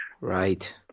Right